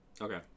Okay